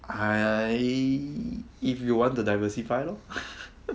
ah !ee! if you want to diversify lor